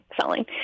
selling